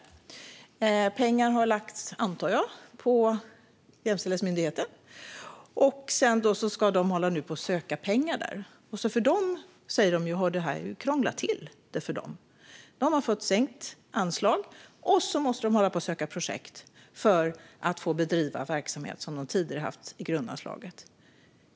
Jag antar att pengar har lagts på Jämställdhetsmyndigheten. Nu ska de söka pengar därifrån. De säger att detta har krånglat till det för dem. De har fått ett sänkt anslag. De måste söka projektmedel för att få bedriva verksamhet som de tidigare har kunnat bedriva med grundanslaget.